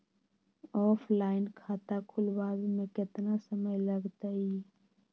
Offline खाता खुलबाबे में केतना समय लगतई?